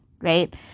right